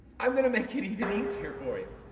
i'm going to make it even easier for you.